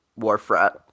Warfrat